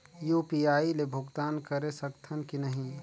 UPI ले भुगतान करे सकथन कि नहीं?